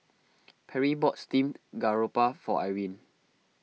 Perri bought Steamed Garoupa for Irene